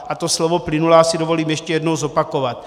A to slovo plynulá si dovolím ještě jednou zopakovat.